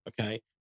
Okay